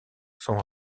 sont